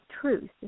truth